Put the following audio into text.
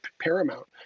paramount